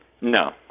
No